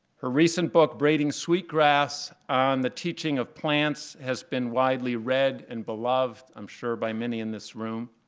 her recent book, braiding sweetgrass, on the teaching of plants, has been widely read and beloved i'm sure by many in this room.